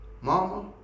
Mama